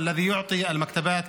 התשפ"ד